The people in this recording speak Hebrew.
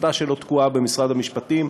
הטיוטה שלו תקועה במשרד המשפטים,